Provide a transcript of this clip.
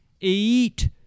eat